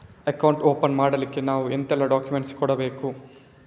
Account open ಮಾಡ್ಲಿಕ್ಕೆ ನಾವು ಎಂತೆಲ್ಲ ಡಾಕ್ಯುಮೆಂಟ್ಸ್ ಕೊಡ್ಬೇಕು?